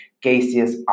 gaseous